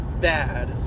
bad